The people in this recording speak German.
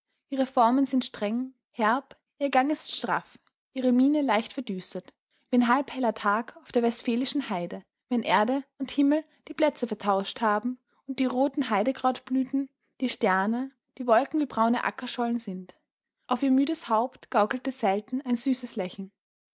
ihre formen sind streng herb ihr gang ist straff ihre miene leicht verdüstert wie ein halb heller tag auf der westfälischen heide wenn erde und himmel die plätze vertauscht haben und die roten heidekrautblüten wie sterne die wolken wie braune ackerschollen sind auf ihr müdes haupt gaukelte selten ein süßes lachen